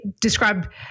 Describe